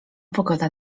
pogoda